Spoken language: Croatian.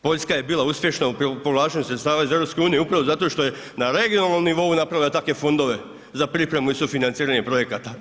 Poljska je bila uspješna u povlačenju sredstava iz EU upravo zato što je na regionalnom nivou napravila takve fondove za pripremu i sufinanciranje projekata.